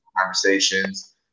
conversations